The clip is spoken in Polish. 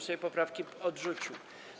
Sejm poprawki odrzucił.